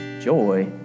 Joy